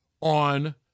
on